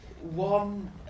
one